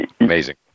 Amazing